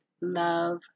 love